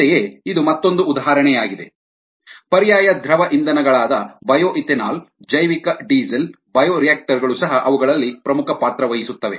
ಅಂತೆಯೇ ಇದು ಮತ್ತೊಂದು ಉದಾಹರಣೆಯಾಗಿದೆ ಪರ್ಯಾಯ ದ್ರವ ಇಂಧನಗಳಾದ ಬಯೋಇಥೆನಾಲ್ ಜೈವಿಕ ಡೀಸೆಲ್ ಜೈವಿಕರಿಯಾಕ್ಟರ್ ಗಳು ಸಹ ಅವುಗಳಲ್ಲಿ ಪ್ರಮುಖ ಪಾತ್ರವಹಿಸುತ್ತವೆ